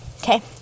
Okay